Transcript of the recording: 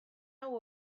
hau